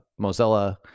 Mozilla